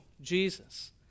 Jesus